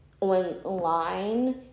online